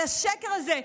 על השקר הזה,